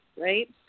right